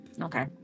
Okay